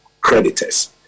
creditors